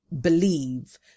believe